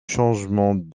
changement